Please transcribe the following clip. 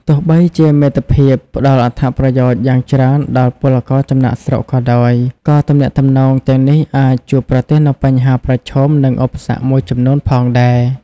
ទោះបីជាមិត្តភាពផ្ដល់អត្ថប្រយោជន៍យ៉ាងច្រើនដល់ពលករចំណាកស្រុកក៏ដោយ ក៏ទំនាក់ទំនងទាំងនេះក៏អាចជួបប្រទះនូវបញ្ហាប្រឈម និងឧបសគ្គមួយចំនួនផងដែរ ។